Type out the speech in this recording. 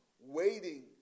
waiting